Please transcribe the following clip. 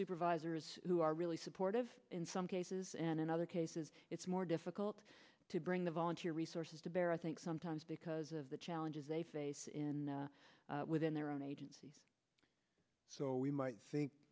supervisors who are really supportive in some cases and in other cases it's more difficult to bring the volunteer resources to bear i think sometimes because of the challenges they face in within their own agency so we might think